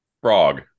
frog